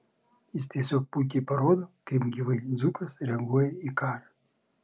jis tiesiog puikiai parodo kaip gyvai dzūkas reaguoja į karą